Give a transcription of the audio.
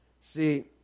See